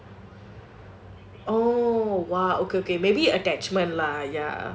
oh !wow! okay okay maybe attachment lah ya